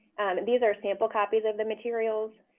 these are sample copies of the materials.